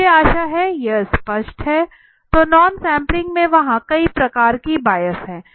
मुझे आशा है कि यह स्पष्ट है तो नॉन सैंपलिंग में वहाँ कई प्रकार की बायस हैं